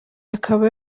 akaba